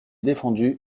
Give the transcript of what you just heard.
défendu